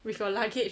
with your luggage